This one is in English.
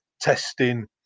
testing